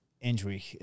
injury